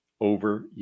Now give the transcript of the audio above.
over